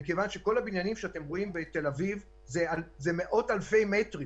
מכיוון שכל הבניינים שאתם רואים בתל אביב זה מאות-אלפי מטרים